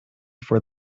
for